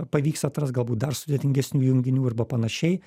pavyks atrast galbūt dar sudėtingesnių junginių arba panašiai